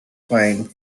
find